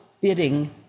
bidding